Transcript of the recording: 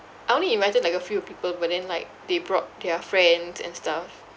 I only imagine like a few people but then like they brought their friends and stuff